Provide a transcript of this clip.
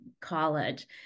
college